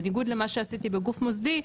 בניגוד למה שעשיתי בגוף מוסדי,